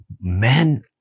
men